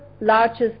largest